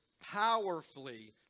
powerfully